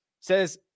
says